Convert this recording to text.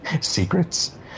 secrets